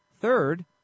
Third